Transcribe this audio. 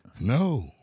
No